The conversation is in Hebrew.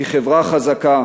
היא חברה חזקה